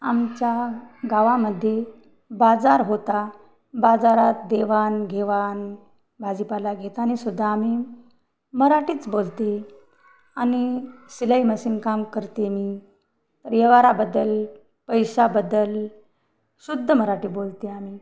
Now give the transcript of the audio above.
आमच्या गावामध्ये बाजार होता बाजारात देवाणघेवाण भाजीपाला घेताना सुद्धा आम्ही मराठीच बोलते आणि सिलाई मशीन काम करते मी परिवाराबद्दल पैशाबद्दल शुद्ध मराठी बोलते आम्ही